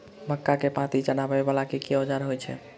मक्का केँ पांति चढ़ाबा वला केँ औजार होइ छैय?